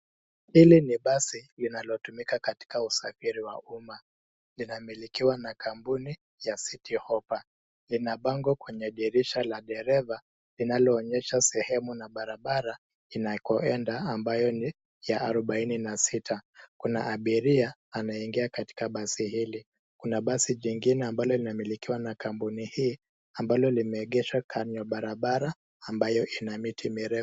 Hili ni basi inalotumika katika usafiri wa umma. Linamilikiwa na kampuni ya Citi Hoppa. Lina bango kwenye dirisha la dereva inaloonyesha sehemu na barabara inakoenda ambayo ni ya arubaini na sita. Kuna abiria anaingia katika basi hili. Kuna basi jingine ambalo linamilikiwa na kampuni hii ambalo limeegeshwa kwenye barabara ambayo ina miti mirefu.